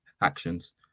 actions